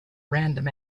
random